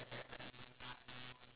if you notice